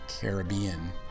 Caribbean